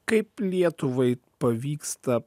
kaip lietuvai pavyksta